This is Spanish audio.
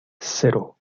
cero